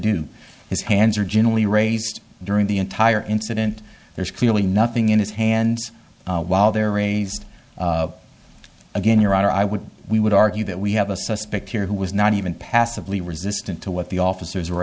do his hands are generally raised during the entire incident there's clearly nothing in his hands while there raised again your honor i would we would argue that we have a suspect here who was not even passively resistant to what the officers were